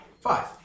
five